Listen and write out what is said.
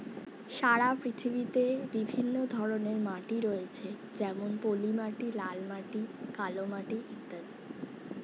সারা পৃথিবীতে বিভিন্ন ধরনের মাটি রয়েছে যেমন পলিমাটি, লাল মাটি, কালো মাটি ইত্যাদি